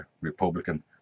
republican